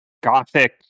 gothic